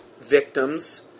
victims